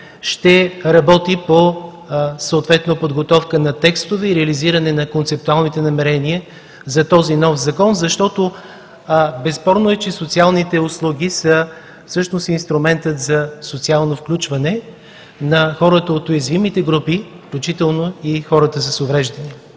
ще работи съответно по подготовка на текстове и реализиране на концептуалните намерения за този нов Закон, защото безспорно е, че социалните услуги са всъщност инструментът за социално включване на хората от уязвимите групи, включително и хората с увреждания.